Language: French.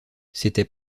c’était